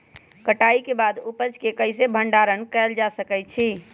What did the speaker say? कटाई के बाद उपज के कईसे भंडारण कएल जा सकई छी?